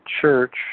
Church